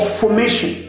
formation